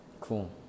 cool